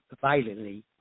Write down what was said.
violently